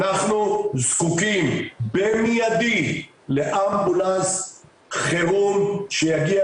אנחנו זקוקים במיידי לאמבולנס חירום שיגיע